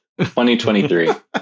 2023